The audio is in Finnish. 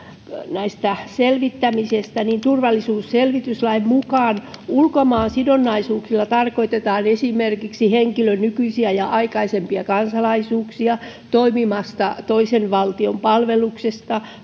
näistä selvittämisistä niin turvallisuusselvityslain mukaan ulkomaansidonnaisuuksilla tarkoitetaan esimerkiksi henkilön nykyisiä ja aikaisempia kansalaisuuksia toimimista toisen valtion